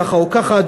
ככה או ככה,